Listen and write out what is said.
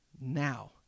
now